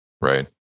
right